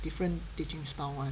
different teaching style one